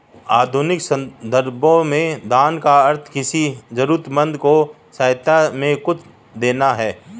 आधुनिक सन्दर्भों में दान का अर्थ किसी जरूरतमन्द को सहायता में कुछ देना है